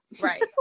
right